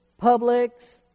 Publix